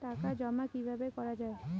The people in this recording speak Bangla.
টাকা জমা কিভাবে করা য়ায়?